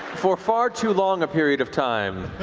for far too long a period of time.